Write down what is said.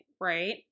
Right